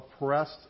oppressed